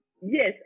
yes